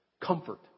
comfort